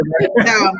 No